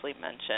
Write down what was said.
mentioned